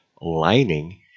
lining